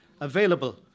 available